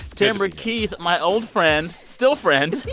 tamara keith, my old friend still friend.